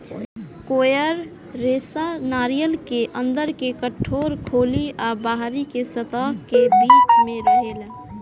coir रेशा नारियर के अंदर के कठोर खोली आ बाहरी के सतह के बीच में रहेला